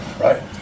Right